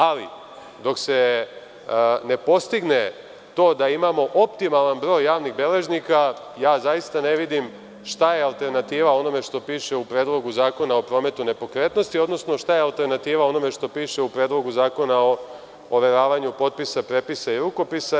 Ali, dok se ne postigne to da imamo optimalan broj javnih beležnika, ja zaista ne vidim šta je alternativa onome što piše u Predlogu zakona o prometu nepokretnosti, odnosno, šta je alternativa onome što piše u Predlogu zakona o overavanju potpisa, prepisa i rukopisa.